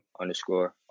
underscore